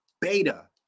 beta